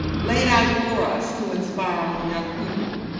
laid out for us to inspire our own young people